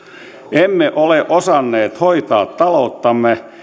emme ole osanneet hoitaa talouttamme